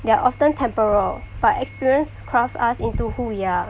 they're often temporal but experience craft us into who we are